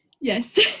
Yes